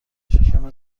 شکم